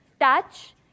touch